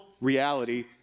reality